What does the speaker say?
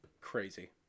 crazy